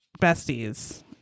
besties